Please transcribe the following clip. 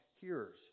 hearers